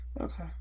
Okay